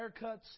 haircuts